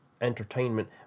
entertainment